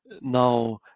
now